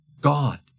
God